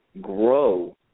grow